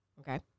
Okay